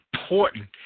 important